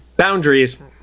boundaries